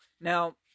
Now